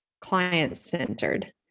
client-centered